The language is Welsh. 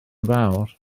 fawr